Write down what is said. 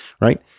Right